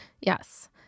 yes